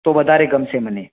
તો વધારે ગમશે મને